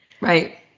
Right